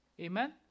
Amen